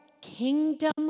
kingdom